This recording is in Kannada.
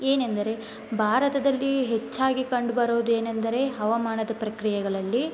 ಏನೆಂದರೆ ಭಾರತದಲ್ಲಿ ಹೆಚ್ಚಾಗಿ ಕಂಡು ಬರೋದು ಏನೆಂದರೆ ಹವಾಮಾನದ ಪ್ರಕ್ರಿಯೆಗಳಲ್ಲಿ